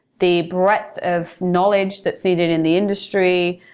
the breadth of knowledge that's seated in the industry,